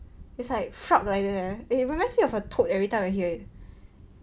it's like fart already eh it reminds me of a toad every time I hear it